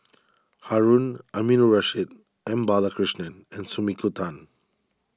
Harun Aminurrashid M Balakrishnan and Sumiko Tan